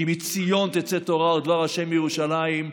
כי מציון תצא תורה ודבר ה' מירושלים.